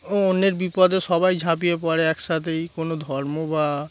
ও অন্যের বিপদে সবাই ঝাঁপিয়ে পড়ে একসাথেই কোনো ধর্ম বা